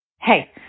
Hey